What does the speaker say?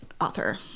author